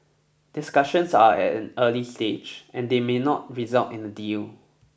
discussions are at an early stage and they may not result in a deal